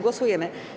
Głosujemy.